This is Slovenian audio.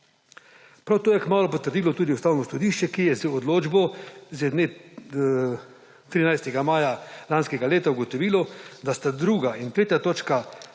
Prav to je kmalu potrdilo tudi Ustavno sodišče, ki je z odločbo, z dne 13. maja lanskega leta ugotovilo, da sta druga in tretja točka